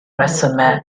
resymau